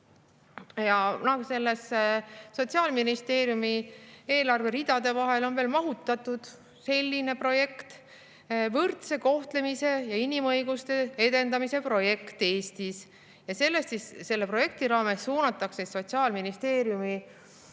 loopida. Sotsiaalministeeriumi eelarves on ridade vahele mahutatud selline projekt: võrdse kohtlemise ja inimõiguste edendamise projekt Eestis. Selle projekti raames suunatakse Sotsiaalministeeriumi